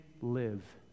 live